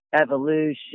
evolution